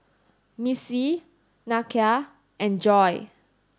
Missie Nakia and Joy